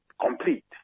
complete